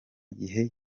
gihe